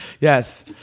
Yes